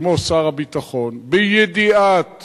כמו שר הביטחון, בידיעת